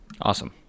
Awesome